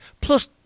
Plus